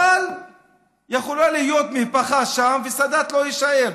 אבל יכולה להיות מהפכה שם וסאדאת לא יישאר,